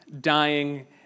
dying